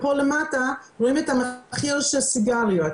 כאן למטה רואים את המחיר של סיגריות.